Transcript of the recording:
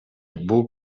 бул